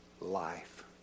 Life